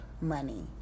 money